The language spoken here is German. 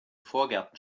vorgärten